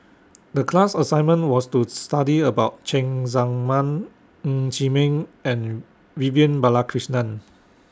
The class assignment was to study about Cheng Tsang Man Ng Chee Meng and Vivian Balakrishnan